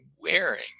wearing